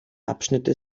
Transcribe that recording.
abschnitte